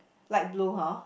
light blue [huh]